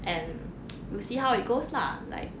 and we'll see how it goes lah like